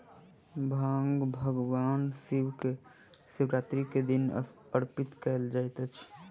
भांग भगवान शिव के शिवरात्रि के दिन अर्पित कयल जाइत अछि